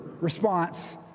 response